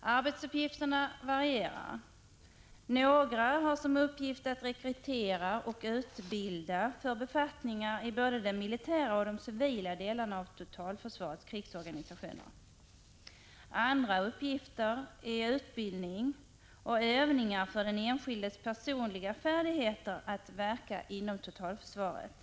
Arbetsuppgifterna varierar. Några har som uppgift att rekrytera och utbilda för befattningar i både den militära delen och de civila delarna av totalförsvarets krigsorganisation. Andra uppgifter är utbildning och övningar för den enskildes personliga färdigheter att verka inom totalförsvaret.